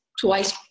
twice